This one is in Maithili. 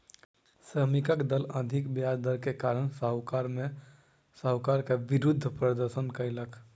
श्रमिकक दल अधिक ब्याज दर के कारण साहूकार के विरुद्ध प्रदर्शन कयलक